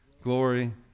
Glory